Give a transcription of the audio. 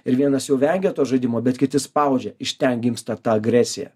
ir vienas jų vengia to žaidimo bet kiti spaudžia iš ten gimsta ta agresija